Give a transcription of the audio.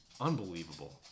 Unbelievable